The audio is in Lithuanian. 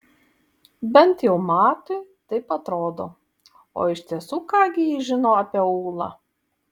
bent jau matui taip atrodo o iš tiesų ką gi jis žino apie ūlą